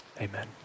Amen